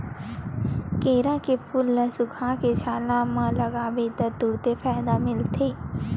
केरा के फूल ल सुखोके छाला म लगाबे त तुरते फायदा मिलथे